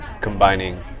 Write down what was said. combining